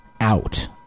out